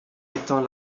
étant